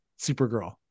supergirl